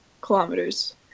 kilometers